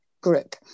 group